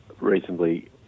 reasonably